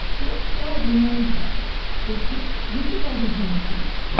less widely known, perhaps, is that with the bodies in the tent,